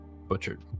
butchered